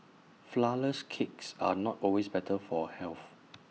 Flourless Cakes are not always better for health